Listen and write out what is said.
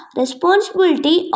responsibility